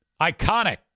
iconic